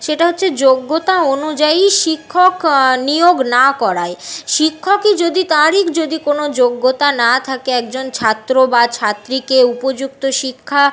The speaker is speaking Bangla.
সেটা হচ্ছে যোগ্যতা অনুযায়ী শিক্ষক নিয়োগ না করায় শিক্ষকই যদি তারই যদি কোনো যোগ্যতা না থাকে একজন ছাত্র বা ছাত্রীকে উপযুক্ত শিক্ষা